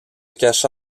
cacha